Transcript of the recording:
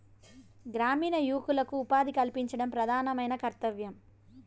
గ్రామీణ యువకులకు ఉపాధి కల్పించడం ప్రధానమైన కర్తవ్యం